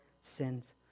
sins